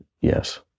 yes